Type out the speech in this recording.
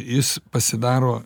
jis pasidaro